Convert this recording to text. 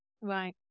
Right